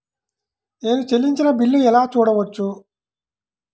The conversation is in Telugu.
నేను చెల్లించిన బిల్లు ఎలా చూడవచ్చు?